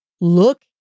Look